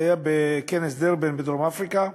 זה היה בכנס דרבן בדרום-אפריקה,